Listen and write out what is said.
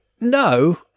No